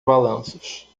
balanços